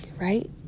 right